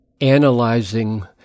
analyzing